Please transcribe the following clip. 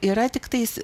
yra tiktais